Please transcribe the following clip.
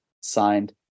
signed